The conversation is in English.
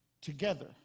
Together